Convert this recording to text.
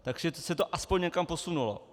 Takže se to aspoň někam posunulo.